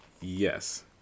yes